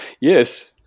Yes